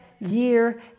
year